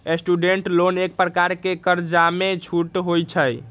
student loan एक प्रकार के कर्जामें छूट होइ छइ